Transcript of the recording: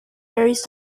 varies